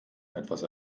etwas